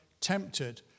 tempted